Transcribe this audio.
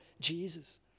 Jesus